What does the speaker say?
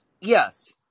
Yes